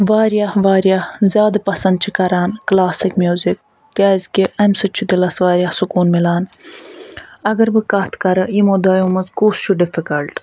واریاہ واریاہ زیادٕ سَند چھ کران کلاسک میوزِک کیازِ کہ امہِ سۭتۍ چھُ دِلَس واریاہ سکون ملان اگر بہٕ کتھ کَرٕ یمو دۄیو مَنٛز کُس چھُ ڈِفِکَلٹ